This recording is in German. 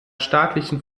staatlichen